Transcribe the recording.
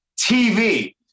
TV